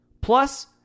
Plus